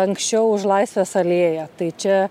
anksčiau už laisvės alėją tai čia